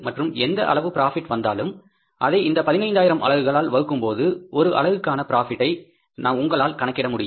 மற்றும் எந்த அளவு ப்ராபிட் வந்தாலும் அதை இந்த பதினைந்தாயிரம் அலகுகளால் வகுக்கும்போது ஒரு அலகுக்கான ப்ராபிட்டை உங்களால் கணக்கிட முடியும்